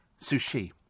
sushi